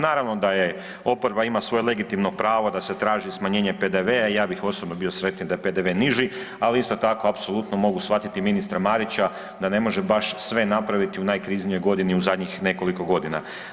Naravno da je, oporba ima svoje legitimno pravo da se traži smanjenje PDV-a, i ja bih osobno bio sretniji da je PDV niži, ali isto tako, apsolutno mogu shvatiti ministra Marića da ne može baš sve napraviti u najkriznijoj godini u zadnjih nekoliko godina.